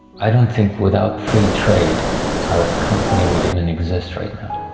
i don't think without free trade our company would even and exist right now.